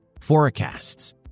forecasts